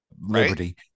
Liberty